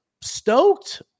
stoked